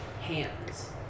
hands